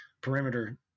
perimeter